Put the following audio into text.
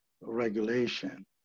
regulation